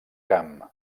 camp